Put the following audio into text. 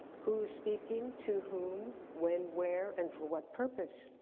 who's speaking to whom, when, where, and for what purpose?